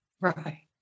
Right